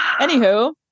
anywho